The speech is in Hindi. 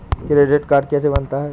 क्रेडिट कार्ड कैसे बनता है?